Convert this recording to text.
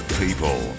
people